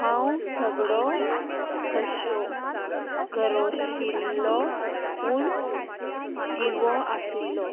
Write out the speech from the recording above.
हांव सगडो कश्यो करोशिल्लो पूण जिवो आशिल्लो